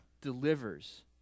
delivers